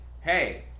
hey